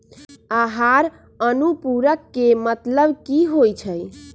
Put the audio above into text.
आहार अनुपूरक के मतलब की होइ छई?